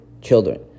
children